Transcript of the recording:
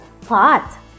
pot